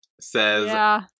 says